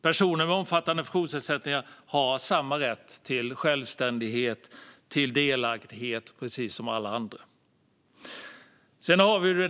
Personer med omfattande funktionsnedsättningar har samma rätt till självständighet och delaktighet som alla andra.